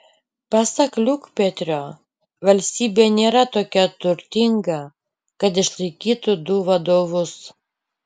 pasak liukpetrio valstybė nėra tokia turtinga kad išlaikytų du vadovus